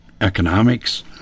economics